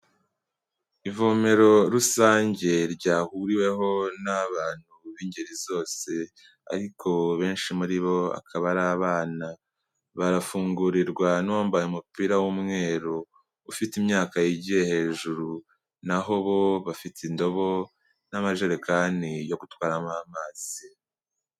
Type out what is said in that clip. Ivomero rusange ryahuriweho n'abantu b'ingeri zose, ariko benshi muri bo akaba ari abana, barafungurirwa n'uwambaye umupira w'umweru, ufite imyaka yigiye hejuru, naho bo bafite indobo n'amajerekani yo gutwaramo amazi.